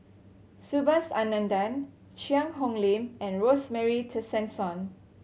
Subhas Anandan Cheang Hong Lim and Rosemary Tessensohn